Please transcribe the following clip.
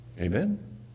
Amen